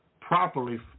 properly